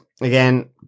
again